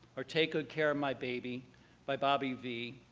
or take good care of my baby by bobby vee,